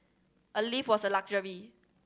a lift was a luxury